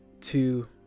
two